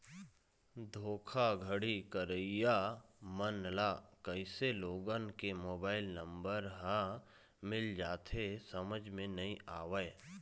धोखाघड़ी करइया मन ल कइसे लोगन के मोबाईल नंबर ह मिल जाथे समझ नइ आवय